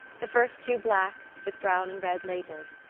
the first two black, with brown and red labels,